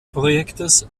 projektes